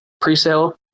pre-sale